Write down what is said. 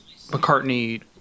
mccartney